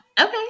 Okay